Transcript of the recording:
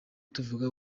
tuvuga